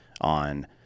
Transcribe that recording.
on